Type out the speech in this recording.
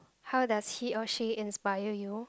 how does he or she inspire you